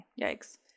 Yikes